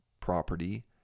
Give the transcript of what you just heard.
property